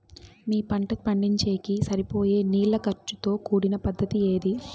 మీ పంట పండించేకి సరిపోయే నీళ్ల ఖర్చు తో కూడిన పద్ధతి ఏది?